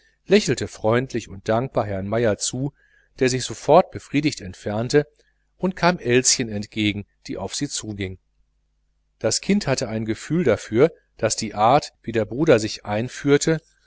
lächelte freundlich und dankbar herrn meier zu der sich sofort befriedigt entfernte und kam elschen entgegen die auf sie zuging das kind hatte ein gefühl dafür daß die art wie ihr bruder sich einführte